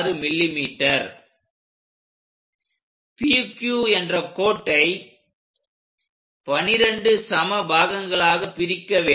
PQ என்ற கோட்டை 12 சம பாகங்களாகப் பிரிக்க வேண்டும்